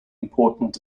important